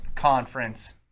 conference